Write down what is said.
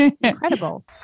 incredible